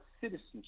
citizenship